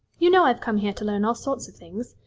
you know i've come here to learn all sorts of things.